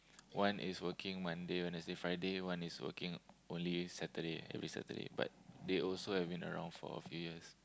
one is working Monday Wednesday Friday one is working only Saturday every Saturday but they also have been around for a few years